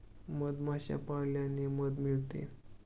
मधमाश्या पाळल्याने मध मिळते